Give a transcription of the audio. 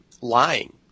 lying